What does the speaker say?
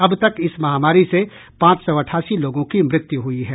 अब तक इस महामारी से पांच सौ अठासी लोगों की मृत्यु हुई है